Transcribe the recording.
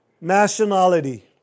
nationality